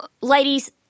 ladies